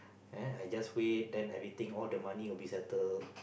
ah I just wait then everything all the money will be settled